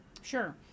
Sure